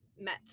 met